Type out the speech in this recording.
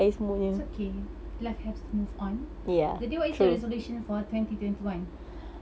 it's okay life has to move on the then what is your resolution for twenty twenty one